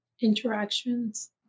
interactions